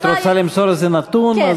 את רוצה למסור איזה נתון, כן, כן.